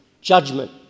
judgment